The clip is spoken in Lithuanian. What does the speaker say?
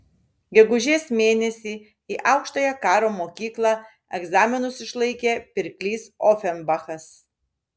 gegužės mėnesį į aukštąją karo mokyklą egzaminus išlaikė pirklys ofenbachas